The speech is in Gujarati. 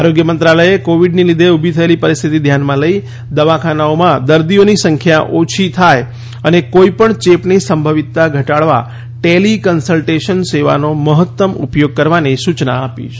આરોગ્ય મંત્રાલયે કોવિડની લીધે ઊભી થયેલી પરિસ્થિતિ ધ્યાનમાં લઈ દવાખાનાઓમાં દર્દીઓની સંખ્યા ઓછી થાય અને કોઈપણ ચેપની સંભવિતતા ઘટાડવા ટેલી કન્સલ્ટેશન સેવાનો મહત્તમ ઉપયોગ કરવાની સૂચના આપી છે